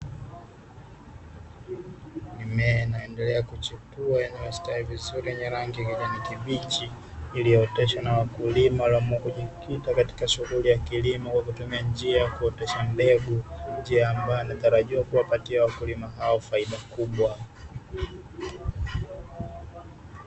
Mimea inaendelea kuchipua inayostawi vizuri yenye rangi ya kijani kibichi, iliyooteshwa na wakulima wanaojikita katika shughuli ya kilimo kwa kutumia njia ya kuotesha mbegu, njia inayotarajiwa kuwapatia wakulima hao faida kubwa.